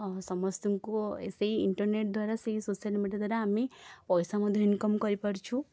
ଆମ ସମସ୍ତଙ୍କୁ ସେଇ ଇଣ୍ଟରନେଟ୍ ଦ୍ୱାରା ସେଇ ସୋସିଆଲ୍ ମିଡ଼ିଆ ଦ୍ୱାରା ଆମେ ପଇସା ମଧ୍ୟ ଇନକମ୍ କରିପାରୁଛୁ